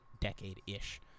decade-ish